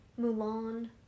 Mulan